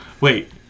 Wait